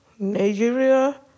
Nigeria